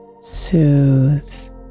soothes